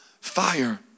fire